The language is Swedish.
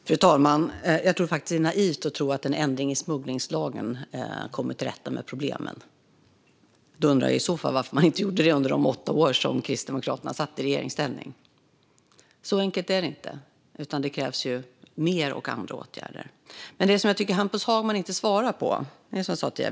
Fru talman! Jag tror att det är naivt att tro att en ändring i smugglingslagen skulle leda till att vi kommer till rätta med problemen. Varför gjorde Kristdemokraterna i så fall inte den ändringen under de åtta år som de satt i regeringsställning? Det är inte så enkelt. Det krävs mer och andra åtgärder. Det finns en sak som jag tycker att Hampus Hagman inte svarar på.